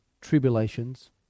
tribulations